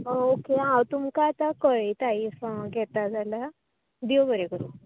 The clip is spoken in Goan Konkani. ओके हांव तुमका आतां कळयता इफ घेता जाल्यार देव बरें करूं